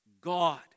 God